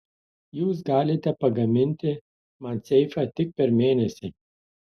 jūs galite pagaminti man seifą tik per mėnesį